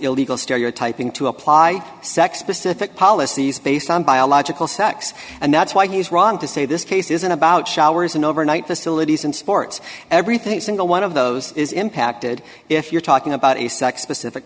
illegal stereotyping to apply sex specific policies based on biological sex and that's why he's wrong to say this case isn't about showers and overnight facilities and sports everything single one of those is impacted if you're talking about a sex specific